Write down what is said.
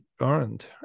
earned